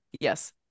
Yes